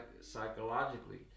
psychologically